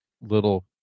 little